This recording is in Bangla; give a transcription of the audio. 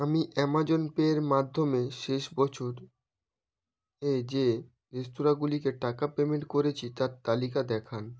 আমি আমাজন পে র মাধ্যমে শেষ বছর এ যে রেস্তরাঁগুলিকে টাকা পেমেন্ট করেছি তার তালিকা দেখান